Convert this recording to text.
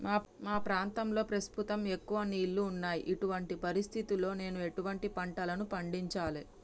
మా ప్రాంతంలో ప్రస్తుతం ఎక్కువ నీళ్లు ఉన్నాయి, ఇటువంటి పరిస్థితిలో నేను ఎటువంటి పంటలను పండించాలే?